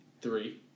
three